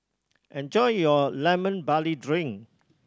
enjoy your Lemon Barley Drink